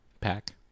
Pack